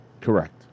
Correct